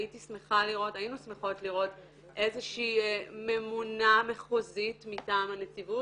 היינו שמחות לראות איזושהי ממונה מחוזית מטעם הנציבות